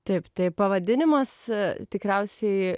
taip taip pavadinimas tikriausiai